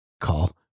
call